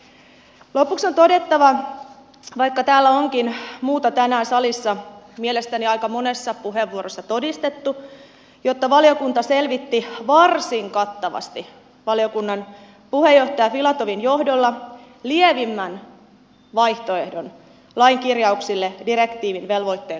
lopuksi on todettava vaikka tänään täällä salissa mielestäni onkin muuta aika monessa puheenvuorossa todistettu että valiokunta selvitti varsin kattavasti valiokunnan puheenjohtaja filatovin johdolla lievimmän vaihtoehdon lain kirjauksille direktiivin velvoitteen kattamiseksi